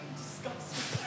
disgusting